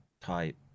type